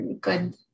good